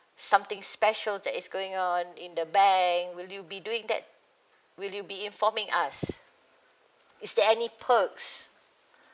something special that is going on in the bank will you be doing that will you be informing us is there any perks